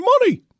money